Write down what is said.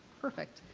perfect.